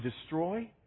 destroy